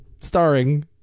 Starring